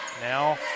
Now